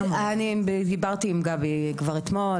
אני דיברתי עם גבי כבר אתמול.